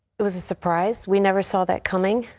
it was a surprise we never saw that coming.